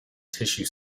tissue